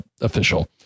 official